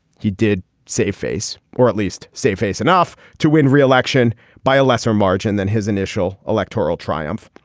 he did save face or at least save face enough to win re-election by a lesser margin than his initial electoral triumph.